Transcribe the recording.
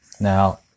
Now